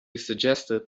suggested